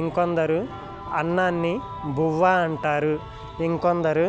ఇంకొందరు అన్నాన్ని బువ్వా అంటారు ఇంకొందరు